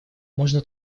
можно